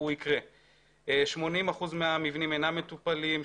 80% מהמבנים אינם מטופלים,